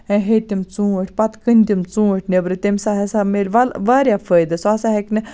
یا ہیٚیہِ تِم ژوٗنٛٹھۍ پَتہٕ کٕنہِ تِم ژوٗنٛٹھۍ نیٚبرٕ تٔمِس ہَسا میلہِ ولہٕ واریاہ فٲیِدٕ سُہ ہَسا ہیٚکہِ نہٕ